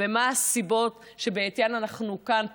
ומה הסיבות שבעטיין אנחנו כאן,